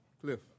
Cliff